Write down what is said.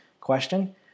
question